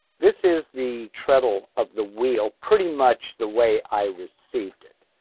this is the treadle of the wheel, pretty much the way i received it.